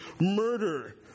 murder